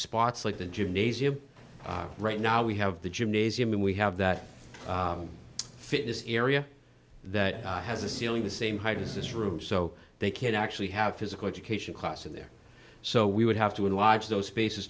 spots like the gymnasium right now we have the gymnasium and we have that fitness area that has a ceiling the same height as this room so they can actually have a physical education class in there so we would have to enlarge those spaces